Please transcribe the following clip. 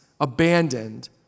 abandoned